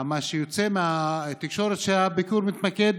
מה שיוצא מהתקשורת, שהביקור מתמקד